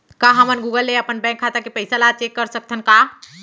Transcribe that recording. का हमन गूगल ले अपन बैंक खाता के पइसा ला चेक कर सकथन का?